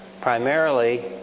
Primarily